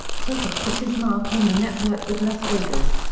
zucker put his mark on the network with las vegas,